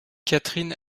catherine